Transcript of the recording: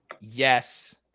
Yes